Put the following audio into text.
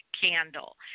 candle